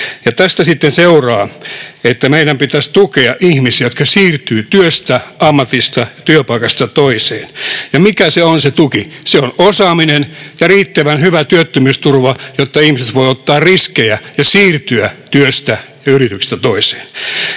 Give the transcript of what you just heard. tästä sitten seuraa, että meidän pitäisi tukea ihmisiä, jotka siirtyvät työstä, ammatista, työpaikasta toiseen. Ja mikä on se tuki? Se on osaaminen ja riittävän hyvä työttömyysturva, jotta ihmiset voivat ottaa riskejä ja siirtyä työstä ja yrityksestä toiseen.